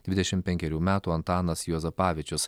dvidešimt penkerių metų antanas juozapavičius